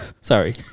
Sorry